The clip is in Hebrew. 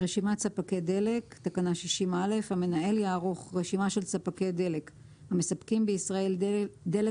"רשימת ספקי דלק המנהל יערוך רשימה של ספקי דלק המספקים בישראל דלק